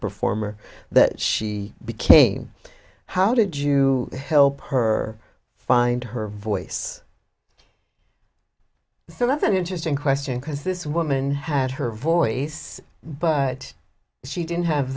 performer that she became how did you help her find her voice so that's an interesting question because this woman had her voice but she didn't have